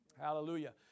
Hallelujah